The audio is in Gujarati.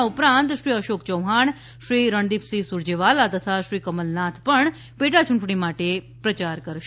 આ ઉપરાંત શ્રી અશોક ચૌહાણ શ્રી રણદીપસિંહ સૂરજેવાલા તથા શ્રી કમલનાથ પણ પેટાચૂંટણી માટે પ્રચાર કરશે